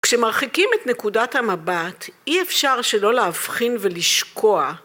‫כשמרחיקים את נקודת המבט, ‫אי אפשר שלא להבחין ולשקוע.